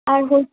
আমি হো